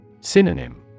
Synonym